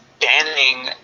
banning